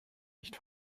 nicht